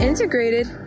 Integrated